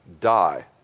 die